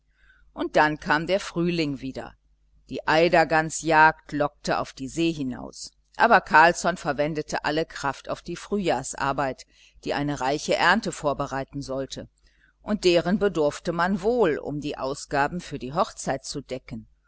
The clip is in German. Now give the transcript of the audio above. und dann kam der frühling wieder die eidergansjagd lockte auf die see hinaus aber carlsson verwendete alle kraft auf die frühjahrsarbeit die eine reiche ernte vorbereiten sollte und deren bedurfte man wohl um die ausgaben für die hochzeit zu decken